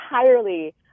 entirely